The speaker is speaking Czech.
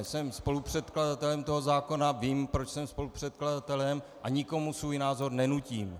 Jsem spolupředkladatelem tohoto zákona, vím, proč jsem spolupředkladatelem, a nikomu svůj názor nenutím.